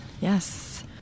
yes